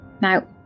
Now